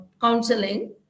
counseling